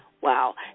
Wow